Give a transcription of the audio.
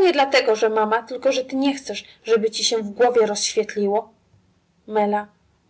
nie dlatego że mama tylko że ty nie chcesz żeby ci się w głowie rozświetliło